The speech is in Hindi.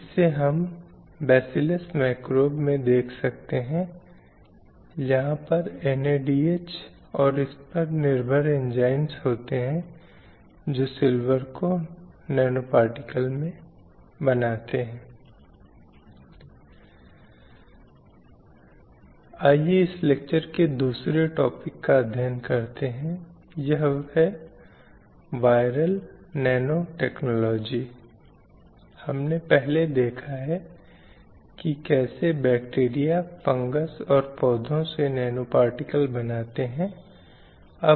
शिक्षा के मुद्दे पर भी दो लिंगों के बीच अंतर अक्सर अच्छी तरह से बनाए रखा जाता है इसलिए यदि कोई नर्सरी राइम्स देखे दूसरा स्कूल की किताबें तो शायद स्कूली पढ़ाई के उन्नत स्तर पर भी एक बार इस तरह का अंतर हमारे सामने आता है जो शिक्षा की पूरी प्रणाली में व्याप्त है जो बच्चों को दिया जाता है